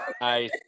Nice